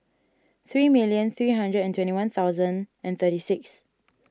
three million three hundred and twenty one thousand and thirty six